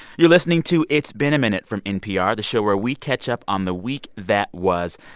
you're listening to it's been a minute from npr, the show where we catch up on the week that was.